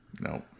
No